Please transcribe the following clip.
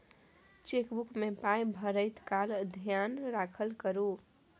chequebook मे पाय भरैत काल धेयान राखल करू